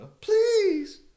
Please